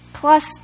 Plus